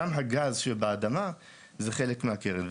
גם הגז שבאדמה זה חלק מהקרן.